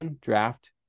draft